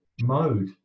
mode